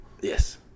Yes